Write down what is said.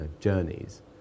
journeys